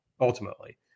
ultimately